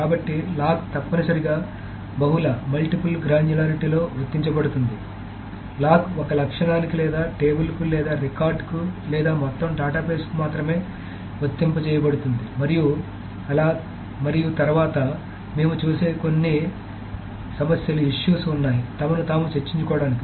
కాబట్టి లాక్ తప్పనిసరిగా బహుళ గ్రాన్యులారిటీలో వర్తించబడుతుంది లాక్ ఒక లక్షణానికి లేదా టేబుల్ కు లేదా రికార్డుకు లేదా మొత్తం డేటాబేస్కు మాత్రమే వర్తింపజేయబడుతుంది మరియు అలా మరియు తరువాత మేము చేసే కొన్ని సమస్యలు ఉన్నాయి తమను తాము చర్చించుకోవడానికి